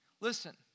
Listen